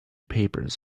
papers